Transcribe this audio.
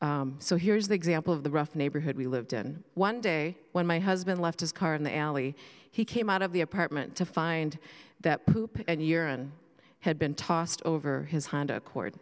so here's the example of the rough neighborhood we lived in one day when my husband left his car in the alley he came out of the apartment to find that hoop and urine had been tossed over his honda acco